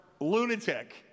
lunatic